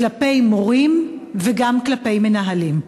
כלפי מורים וגם כלפי מנהלים.